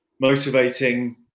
motivating